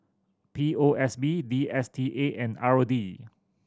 P O S B D S T A and R O D